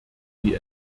die